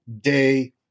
day